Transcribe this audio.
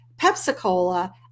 Pepsi-Cola